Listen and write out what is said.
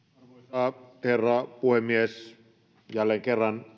arvoisa herra puhemies jälleen kerran